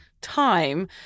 time